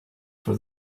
for